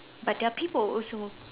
but their people also